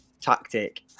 tactic